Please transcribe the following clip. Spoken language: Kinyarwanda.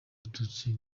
abatutsi